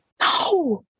No